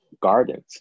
gardens